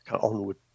onward